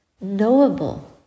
knowable